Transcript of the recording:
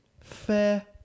fair